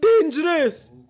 dangerous